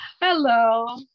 Hello